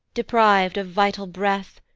depriv'd of vital breath,